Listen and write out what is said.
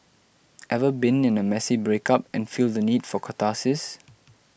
ever been in a messy breakup and feel the need for catharsis